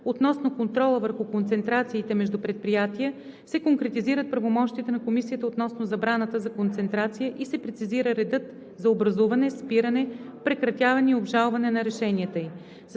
относно контрола върху концентрациите между предприятия, се конкретизират правомощията на Комисията относно забраната за концентрация и се прецизира редът за образуване, спиране, прекратяване и обжалване на решенията ѝ.